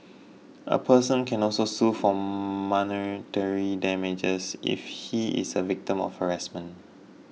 a person can also sue for monetary damages if he is a victim of harassment